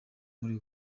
muri